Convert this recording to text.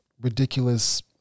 ridiculous